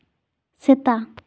ᱥᱮᱛᱟ